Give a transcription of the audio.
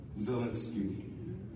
Zelensky